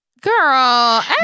girl